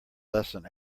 lesson